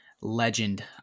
legend